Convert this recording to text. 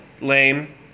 lame